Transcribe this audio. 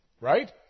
Right